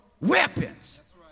weapons